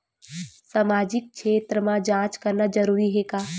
सामाजिक क्षेत्र म जांच करना जरूरी हे का?